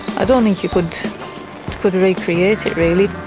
i don't think you could could re-create it really.